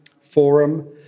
forum